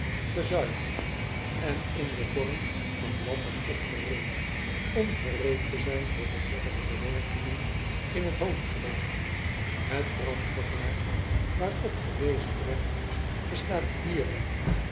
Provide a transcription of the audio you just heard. gezuiverd en in den vorm van watten opgerold om gereed te zijn voor de verdere bewerkingen in het hoofdgebouw et brandgevaar waarop gewezen werd bestaat hierin